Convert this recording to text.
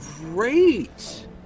Great